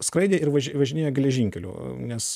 skraidė ir važi važinėjo geležinkeliu nes